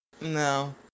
No